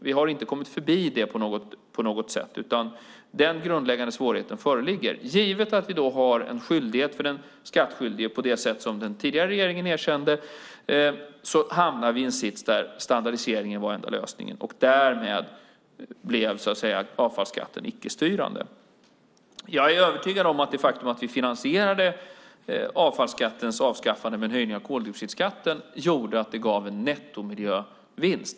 Vi har inte kommit förbi det på något sätt, utan den grundläggande svårigheten föreligger. Givet att vi då har en skyldighet för den skattskyldige på det sätt som den tidigare regeringen erkände hamnade vi i en sits där standardisering var den enda lösningen. Därmed blev avfallsskatten icke-styrande. Jag är övertygad om att det faktum att vi finansierade avfallsskattens avskaffande med en höjning av koldioxidskatten gjorde att det gav en nettomiljövinst.